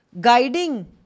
guiding